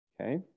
Okay